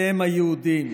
אתם היהודים.